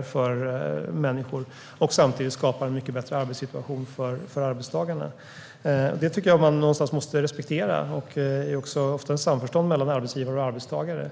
för resenärerna och samtidigt skapat en bättre arbetssituation för arbetstagarna. Detta måste vi respektera, och det har ofta skett i samförstånd mellan arbetsgivare och arbetstagare.